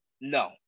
no